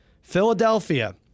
Philadelphia